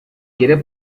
quiere